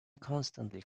constantly